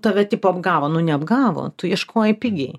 tave tipo apgavo nu neapgavo tu ieškojai pigiai